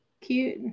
cute